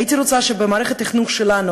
הייתי רוצה שבמערכת החינוך שלנו,